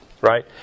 Right